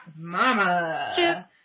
Mama